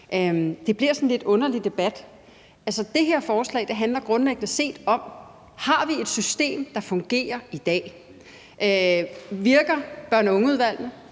Det bliver sådan en lidt underlig debat. Altså, det her forslag handler grundlæggende om, om vi har et system, der fungerer i dag. Virker børn og unge-udvalgene?